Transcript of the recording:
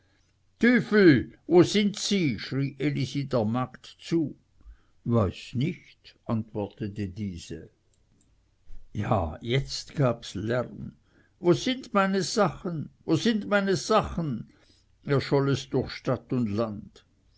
wo sind sie schrie elisi der magd zu weiß nicht antwortete diese ja jetzt gabs lärm wo sind meine sachen wo sind meine sachen erscholl es durch stadt und land